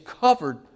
covered